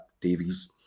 Davies